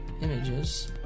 Images